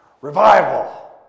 revival